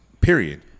period